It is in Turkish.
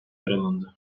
yaralandı